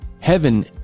heaven